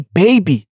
baby